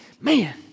man